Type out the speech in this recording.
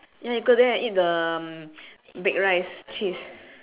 ya you go there and eat the um baked rice cheese